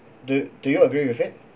do do you agree with it